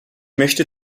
möchte